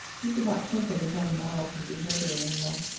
he did not think of his own morals and behaviour any more.